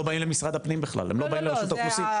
באים למשרד הפנים בכלל ולא לרשות האוכלוסין,